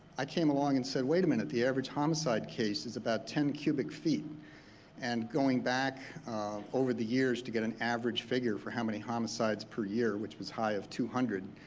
i came along and said wait a minute, the average homicide case is about ten cubic feet and going back over the years to get an average figure for how many homicides per year, which was high of two hundred,